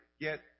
get